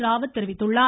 ராவத் தெரிவித்துள்ளார்